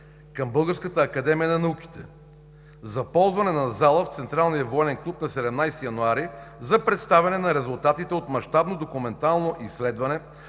към Българската академия на науките за ползване на зала в Централния военен клуб на 17 януари за представяне на резултатите от мащабно документално изследване,